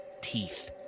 teeth